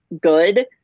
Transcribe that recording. good